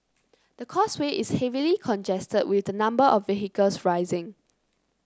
the causeway is heavily congested with the number of vehicles rising